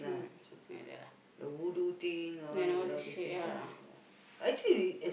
mm something like that lah and all these ya